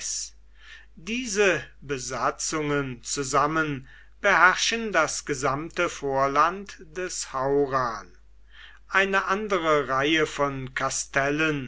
diese besatzungen zusammen beherrschen das gesamte vorland des haurn eine andere reihe von kastellen